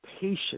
patience